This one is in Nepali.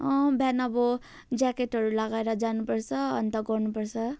अँ बिहान अब ज्याकेटहरू लगाएर जानुपर्छ अनि त गर्नुपर्छ